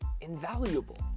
invaluable